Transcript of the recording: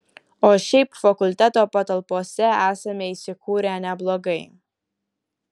o šiaip fakulteto patalpose esame įsikūrę neblogai